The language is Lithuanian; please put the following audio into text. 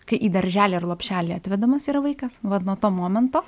kai į darželį ar lopšelį atvedamas yra vaikas vat nuo to momento